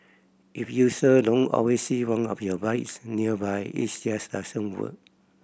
if user don't always see one of your bikes nearby it's just doesn't work